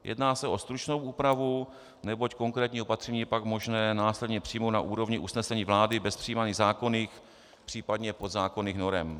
Jedná se o stručnou úpravu, neboť konkrétní opatření je pak možné následně přijmout na úrovni usnesení vlády bez přijímání zákonných případně podzákonných norem.